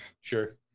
Sure